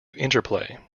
interplay